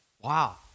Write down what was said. Wow